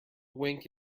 wink